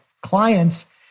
clients